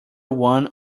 one